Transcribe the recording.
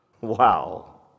wow